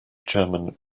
german